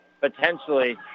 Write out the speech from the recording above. potentially